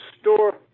store